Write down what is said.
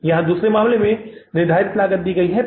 और यहाँ दूसरे मामले में हमें दी गई निर्धारित लागत कितनी है